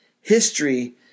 history